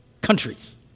countries